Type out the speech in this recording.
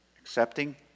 accepting